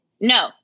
no